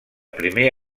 primer